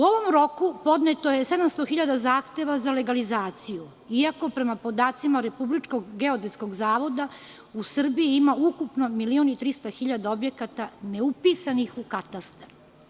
U ovom roku podneto je 700.000 zahteva za legalizaciju, iako prema podacima Republičkog geodetskog zavoda u Srbiji ima ukupno 1.300.000 objekata neupisanih u katastar.